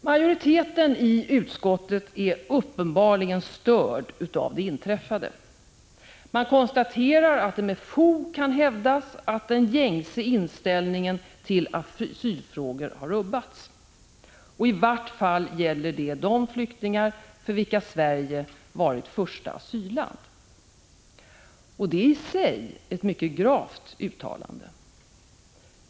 Majoriteten är uppenbarligen störd av det inträffade. Man konstaterar att det med fog kan hävdas att den gängse inställningen till asylfrågor har rubbats, i varje fall när det gäller de flyktingar för vilka Sverige varit första asylland. Det är i sig ett mycket gravt uttalande.